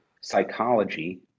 psychology